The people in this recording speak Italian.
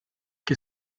che